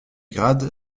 grads